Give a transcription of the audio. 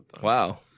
Wow